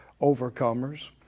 overcomers